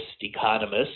economist